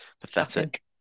pathetic